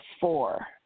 four